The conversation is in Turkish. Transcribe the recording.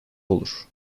olur